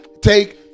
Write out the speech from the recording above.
take